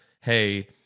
hey